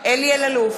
אלי אלאלוף,